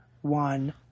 one